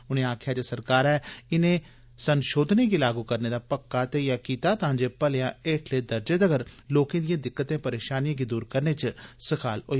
उनें आक्खेया जे सरकारै इनें संशोधनें गी लागू करने दा पक्का धैइया कीते दा ऐ तां जे भलेया हेठले दर्जे तगर लोकें दियें दिक्कर्ते परेशानियें गी दूर करने च सखाल होग